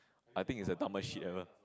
I think it's a dumbest shit also